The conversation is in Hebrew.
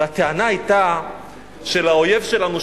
והטענה היתה שלאויב שלנו,